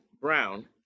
Brown